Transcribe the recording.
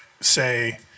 say